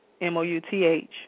M-O-U-T-H